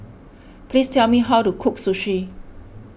please tell me how to cook Sushi